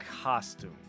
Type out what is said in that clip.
costume